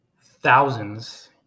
thousands